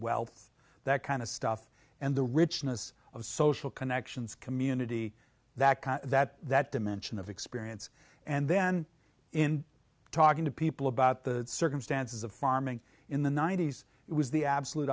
wealth that kind of stuff and the richness of social connections community that that that dimension of experience and then in talking to people about the circumstances of farming in the ninety's it was the absolute